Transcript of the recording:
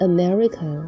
America